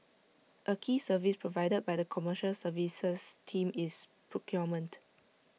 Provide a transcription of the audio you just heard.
A key service provided by the commercial services team is procurement